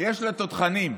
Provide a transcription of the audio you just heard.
יש לתותחנים.